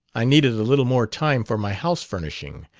i needed a little more time for my house-furnishing.